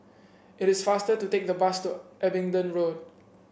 it is faster to take the bus to Abingdon Road